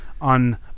on